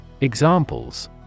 Examples